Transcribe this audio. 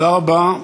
תודה רבה.